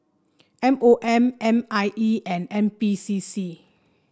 M O M N I E and N P C C